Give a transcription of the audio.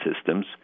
systems